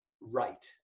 right